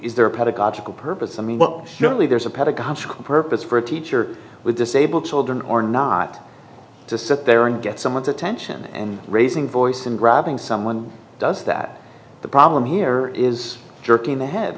is there a pedagogical purpose i mean what really there's a pedagogical purpose for a teacher with disabled children or not to sit there and get someone's attention and raising voice and grabbing someone does that the problem here is jerk in the head